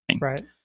Right